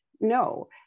no